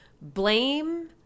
blame